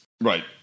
Right